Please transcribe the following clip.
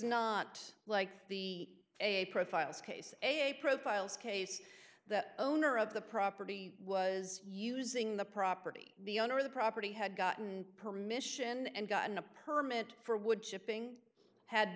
not like the a profile's case a profile's case the owner of the property was using the property the owner of the property had gotten permission and gotten a permit for woodchipping had